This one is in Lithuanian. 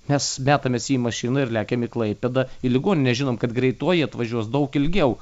nes metamės į mašiną ir lekiam į klaipėdą į ligoninę žinom kad greitoji atvažiuos daug ilgiau